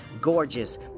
gorgeous